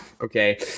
okay